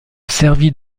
servit